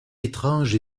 étranges